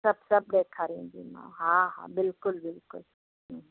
सभु सभु सभु ॾेखारिंदीमांव हा हा बिल्कुलु बिल्कुलु